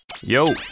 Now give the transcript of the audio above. Yo